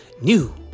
New